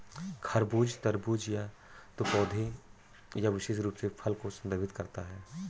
खरबूज, तरबूज या तो पौधे या विशेष रूप से फल को संदर्भित कर सकता है